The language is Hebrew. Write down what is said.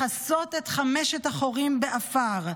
לכסות את חמשת החורים בעפר,